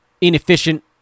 inefficient